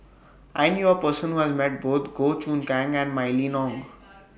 I knew A Person Who has Met Both Goh Choon Kang and Mylene Ong